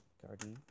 garden